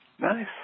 nice